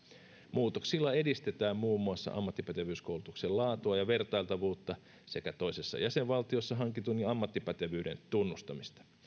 muutoksilla edistetään muun muassa ammattipätevyyskoulutuksen laatua ja vertailtavuutta sekä toisessa jäsenvaltiossa hankitun ammattipätevyyden tunnustamista